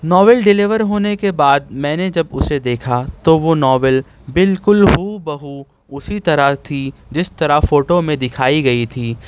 novel deliver ہونے کے بعد میں نے جب اسے دیکھا تو وہ ناول بالکل ہو بہ ہو اسی طرح تھی جس طرح فوٹو میں دکھائی گئی تھی